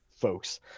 folks